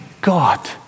God